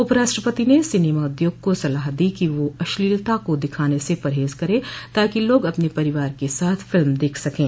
उप राष्ट्रपति ने सिनेमा उद्योग को सलाह दी कि वह अश्लीलता को दिखाने से परहेज करे ताकि लोग अपने परिवार के साथ फिल्म देख सकें